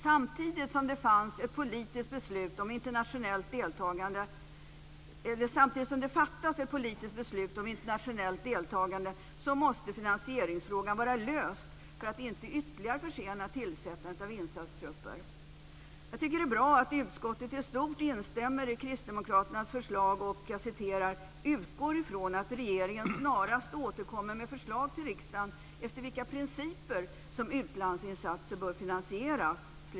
Samtidigt som det fattas ett politiskt beslut om internationellt deltagande måste finansieringsfrågan vara löst för att tillsättandet av insatsgrupper inte ytterligare försenas. Det är bra att utskottet i stort instämmer i Kristdemokraternas förslag och att man "utgår ifrån att regeringen snarast återkommer med förslag till riksdagen efter vilka principer som utlandsinsatser bör finansieras".